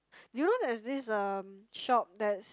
do you know there's this um shop that's